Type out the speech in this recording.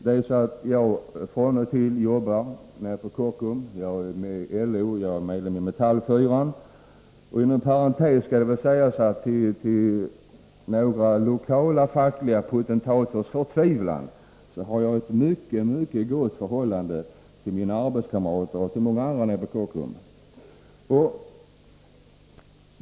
Jag jobbar från och till nere på Kockums. Jag är medlem av LO, och jag är medlem av Metallfyran. Inom parentes skall det väl sägas, att till några lokala fackliga potentaters förtvivlan har jag ett mycket gott förhållande till mina arbetskamrater och till många andra nere på Kockums.